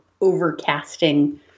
overcasting